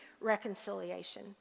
reconciliation